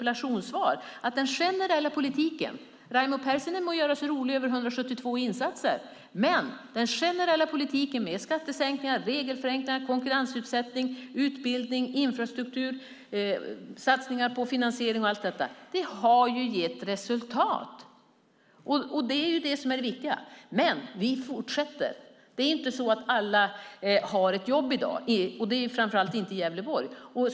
Raimo Pärssinen må göra sig lustig över 172 insatser, men den generella politiken med skattesänkningar, regelförenklingar, konkurrensutsättning, utbildning, infrastruktur, satsningar på finansiering och allt sådant har gett resultat. Det är det viktiga. Vi fortsätter med insatserna. Alla har inte jobb i dag, framför allt inte i Gävleborg.